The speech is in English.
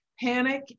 panic